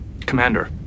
Commander